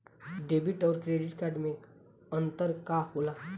Debit और credit card मे अंतर का होला?